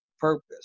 purpose